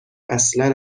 اصلا